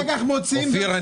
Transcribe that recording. אופיר,